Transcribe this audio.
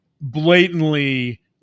blatantly